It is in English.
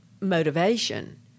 motivation